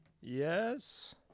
Yes